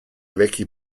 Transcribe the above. vecchi